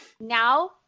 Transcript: now